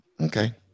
Okay